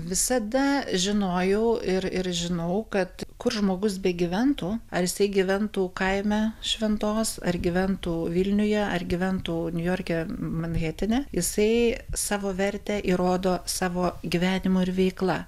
visada žinojau ir ir žinau kad kur žmogus begyventų ar jisai gyventų kaime šventos ar gyventų vilniuje ar gyventų niujorke manhetene jisai savo vertę įrodo savo gyvenimu ir veikla